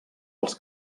els